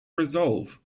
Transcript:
resolve